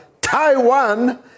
Taiwan